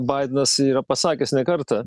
baidenas yra pasakęs ne kartą